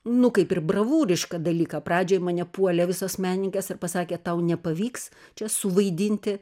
nu kaip ir bravūrišką dalyką pradžiai mane puolė visos menininkės ir pasakė tau nepavyks čia suvaidinti